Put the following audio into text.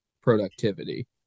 productivity